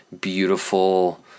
beautiful